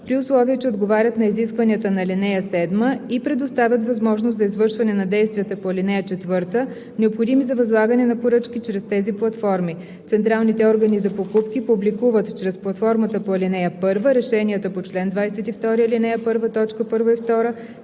при условие че отговарят на изискванията на ал. 7 и предоставят възможност за извършване на действията по ал. 4, необходими за възлагане на поръчки чрез тези платформи. Централните органи за покупки публикуват чрез платформата по ал. 1 решенията по чл. 22, ал. 1, т. 1 и 2,